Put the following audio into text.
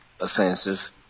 offensive